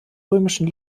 römischen